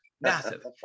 Massive